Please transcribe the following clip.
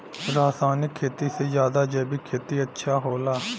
रासायनिक खेती से ज्यादा जैविक खेती अच्छा होला